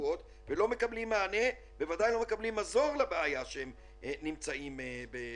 שבועות ולא מקבלים מענה ומזור לבעיה שהם נמצאים בפניה?